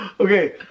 Okay